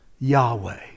Yahweh